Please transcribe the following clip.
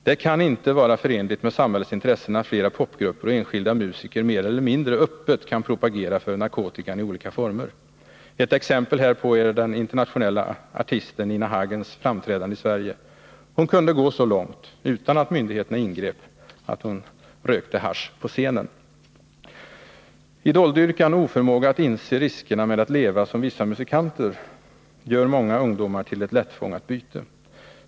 Det kan inte vara förenligt med samhällets intressen att flera popgrupper och enskilda musiker mer eller mindre öppet kan propagera för narkotika i olika former. Ett exempel härpå är den internationella artisten Nina Hagens framträdande i Sverige. Hon kunde gå så långt — utan att myndigheterna ingrep — att hon rökte hasch på scenen. Idoldyrkan och oförmåga att inse riskerna med att leva som vissa musikanter gör många ungdomar till ett ”lättfångat byte”.